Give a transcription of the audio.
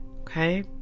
okay